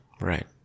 Right